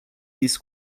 this